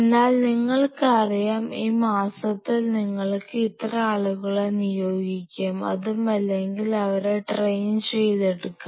എന്നാൽ നിങ്ങൾക്കറിയാം ഈ മാസത്തിൽ നിങ്ങൾക്ക് ഇത്ര ആളുകളെ നിയോഗിക്കാം അതുമല്ലെങ്കിൽ അവരെ ട്രെയിൻ ചെയ്തെടുക്കാം